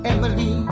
Emily